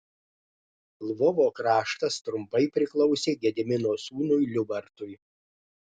lvovo kraštas trumpai priklausė gedimino sūnui liubartui